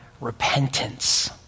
repentance